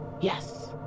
yes